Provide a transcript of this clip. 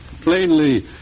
Plainly